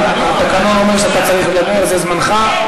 התקנון אומר שאתה צריך לדבר, זה זמנך.